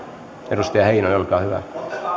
edustaja heinonen olkaa hyvä